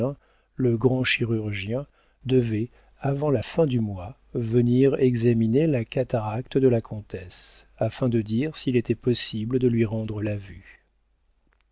le grand chirurgien devait avant la fin du mois venir examiner la cataracte de la comtesse afin de dire s'il était possible de lui rendre la vue